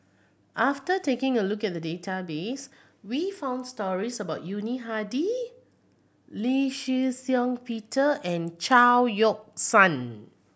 after taking a look at the database we found stories about Yuni Hadi Lee Shih Shiong Peter and Chao Yoke San